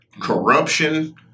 corruption